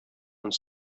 und